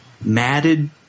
matted